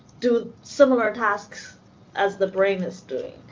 do similar tasks as the brain is doing.